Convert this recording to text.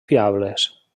fiables